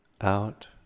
out